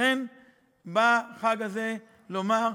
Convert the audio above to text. לכן בא החג הזה, לומר: